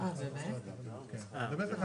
זה לא עסק שלי,